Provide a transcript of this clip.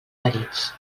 ferits